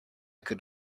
could